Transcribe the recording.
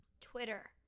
Twitter